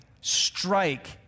strike